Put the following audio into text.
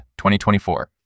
2024